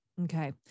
Okay